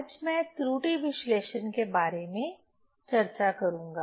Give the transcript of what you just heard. आज मैं त्रुटि विश्लेषण के बारे में चर्चा करूंगा